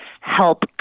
help